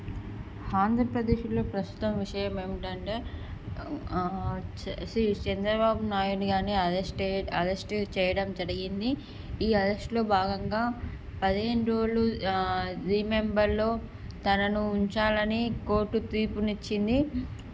ఆంధ్రప్రదేశ్లో ప్రస్తుతం విషయం ఏమిటంటే ఆ వచ్చి చంద్రబాబు నాయుడు గారిని అర్రెస్ట్ అరెస్టు చేయడం జరిగింది ఈ అరెస్ట్లో భాగంగా పదిహేను రోజులు ఆ రెమెండర్లో తనను ఉంచాలని కోర్ట్ తీర్పును ఇచ్చింది